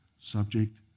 subject